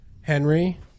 Henry